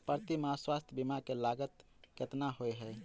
प्रति माह स्वास्थ्य बीमा केँ लागत केतना होइ है?